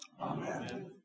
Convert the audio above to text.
Amen